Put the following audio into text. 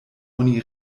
oni